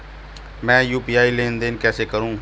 मैं यू.पी.आई लेनदेन कैसे करूँ?